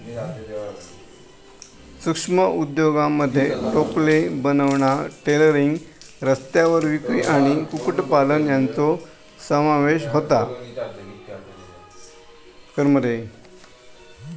सूक्ष्म उद्योगांमध्ये टोपले बनवणा, टेलरिंग, रस्त्यावर विक्री आणि कुक्कुटपालन यांचो समावेश होता